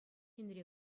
енре